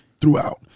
throughout